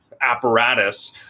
apparatus